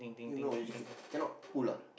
you know c~ c~ cannot pull ah